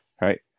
right